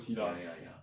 ya ya ya